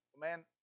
man